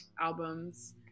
album's